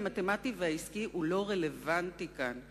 המתמטי והעסקי לא רלוונטי כאן,